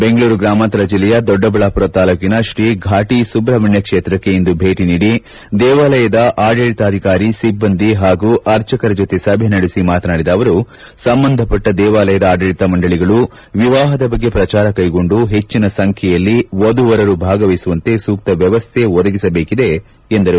ಬೆಂಗಳೂರು ಗ್ರಾಮಾಂತರ ಜಿಲ್ಲೆಯ ದೊಡ್ಡಬಳ್ಳಾಪುರ ತಾಲ್ಡೊಕಿನ ಶ್ರೀ ಫಾಟಿ ಸುಬ್ರಮಣ್ಯ ಕ್ಷೇತ್ರಕ್ಕೆ ಇಂದು ಭೇಟಿ ನೀಡಿ ದೇವಾಲಯದ ಆಡಳಿತಾಧಿಕಾರಿ ಸಿಬ್ಬಂದಿ ಪಾಗೂ ಅರ್ಜಕರ ಜೊತೆ ಸಭೆ ನಡೆಸಿ ಮಾತನಾಡಿದ ಅವರು ಸಂಬಂಧಪಟ್ಟ ದೇವಾಲಯದ ಆಡಳಿತ ಮಂಡಳಿಗಳು ವಿವಾಹದ ಬಗ್ಗೆ ಪ್ರಚಾರ ಕೈಗೊಂಡು ಹೆಚ್ಚಿನ ಸಂಖ್ಯೆಯಲ್ಲಿ ಮಂದಿ ವಧುವರರು ಭಾಗವಹಿಸುವಂತೆ ಸೂಕ್ತ ವ್ಯವಸ್ಥೆ ಒದಗಿಸಬೇಕಿದೆ ಎಂದರು